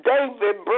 David